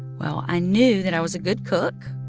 well, i knew that i was a good cook.